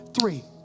Three